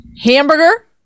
hamburger